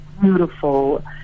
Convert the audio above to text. beautiful